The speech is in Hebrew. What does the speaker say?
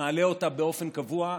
מעלה אותה באופן קבוע.